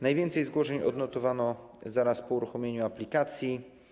Najwięcej zgłoszeń odnotowano zaraz po uruchomieniu aplikacji.